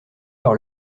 par